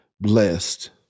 blessed